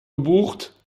gebucht